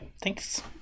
thanks